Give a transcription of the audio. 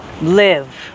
live